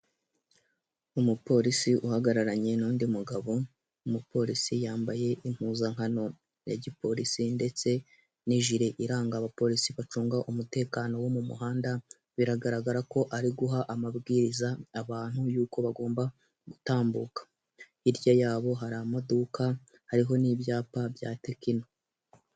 Umupolisi uhagararanye n'undi mugabo, umupolosi yambaye impuzankano ya gipolisi ndetse n'ijire iranga abapolisi bacunga umutekano wo mu muhanda, biragaragara ko ari guha amabwiriza abantu y'uko bagomba gutambuka. Hirya yabo hari amaduka hariho n'ibyapa bya tekino.